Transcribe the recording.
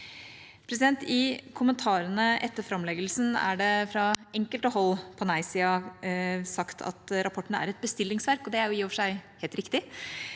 I kommentarene etter framleggelsen er det fra enkelte hold på nei-siden sagt at rapporten er et bestillingsverk. Det er i og for seg helt riktig.